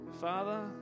Father